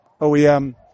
OEM